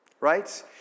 Right